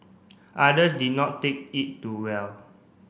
others did not take it to well